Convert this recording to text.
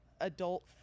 adult